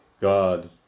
God